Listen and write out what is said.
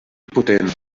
potent